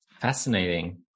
Fascinating